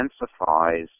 intensifies